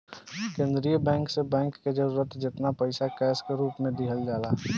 केंद्रीय बैंक से बैंक के जरूरत जेतना पईसा कैश के रूप में दिहल जाला